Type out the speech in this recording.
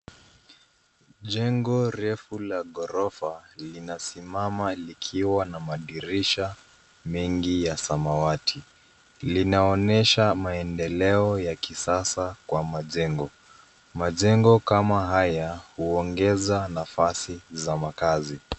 Jengo refu la ghorofa linasimama likiwa na madirisha mengi ya samawati. Linaonyesha maendeleo ya kisasa kwa majengo. Majengo kama haya huongeza nafasi za makazi.